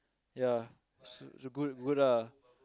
ya so good good ah